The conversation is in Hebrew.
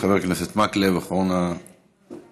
חבר הכנסת מקלב, אחרון המציעים.